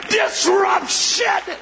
disruption